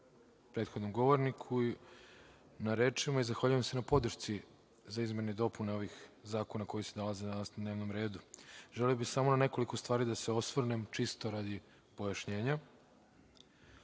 prethodnom govorniku na rečima i zahvaljujem se na podršci za izmene i dopune ovih zakona koji se nalaze danas na dnevnom redu. Želeo bih samo na nekoliko stvari da se osvrnem, čisto radi pojašnjenja.